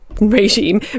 regime